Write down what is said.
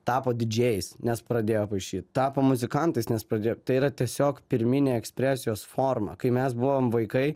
tapo didžėjais nes pradėjo paišyt tapo muzikantais nes pradėjo tai yra tiesiog pirminė ekspresijos forma kai mes buvom vaikai